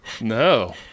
No